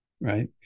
right